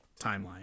timeline